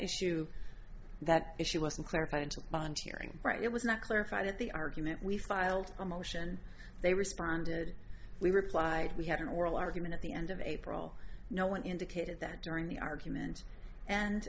issue that issue wasn't clarified into a bond hearing right it was not clarified at the argument we filed a motion they responded we replied we had an oral argument at the end of april no one indicated that during the arguments and